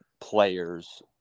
players